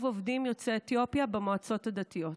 עובדים יוצאי אתיופיה במועצות הדתיות.